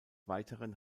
weiteren